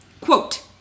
Quote